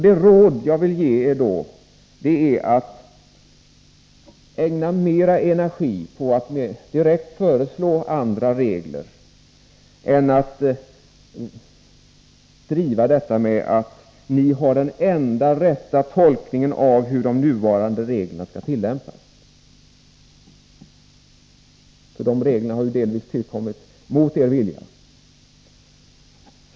Det råd som jag vill ge er är att ägna mer energi åt att mer direkt föreslå andra regler än åt att driva ståndpunkten att ni har den enda rätta tolkningen av hur de nuvarande reglerna skall tillämpas. De reglerna har ju delvis tillkommit mot er vilja.